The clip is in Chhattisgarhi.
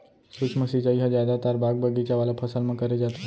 सूक्ष्म सिंचई ह जादातर बाग बगीचा वाला फसल म करे जाथे